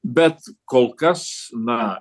bet kol kas na